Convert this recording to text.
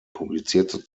publizierte